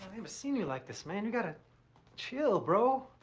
i mean but seen you like this, man. you gotta chill, bro.